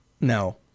No